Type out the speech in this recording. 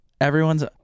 everyone's